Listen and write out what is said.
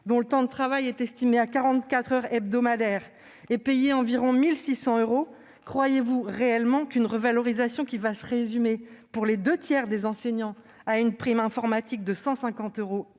dont le temps de travail est estimé à 44 heures hebdomadaires, est payé environ 1 600 euros, croyez-vous réellement qu'une revalorisation qui va se résumer, pour les deux tiers des enseignants à une prime informatique de 150 euros